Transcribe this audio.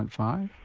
and five?